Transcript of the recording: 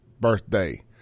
birthday